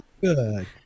Good